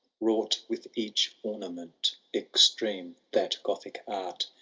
wrought with each ornament extreme, that gothic art,